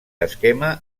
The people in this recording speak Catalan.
esquema